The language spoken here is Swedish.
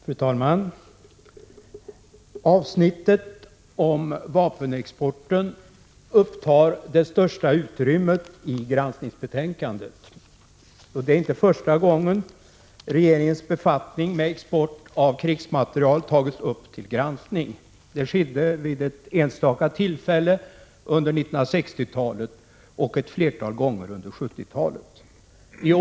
Fru talman! Avsnittet om vapenexporten upptar det största utrymmet i granskningsbetänkandet. Det är inte första gången regeringens befattning med export av krigsmateriel tagits upp till granskning. Det skedde vid ett enstaka tillfälle under 1960-talet och ett flertal gånger under 1970-talet.